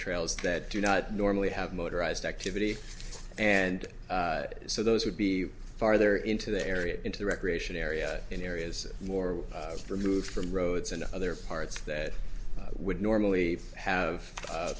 trails that do not normally have motorized activity and so those would be farther into the area into the recreation area in areas more removed from roads and other parts that would normally have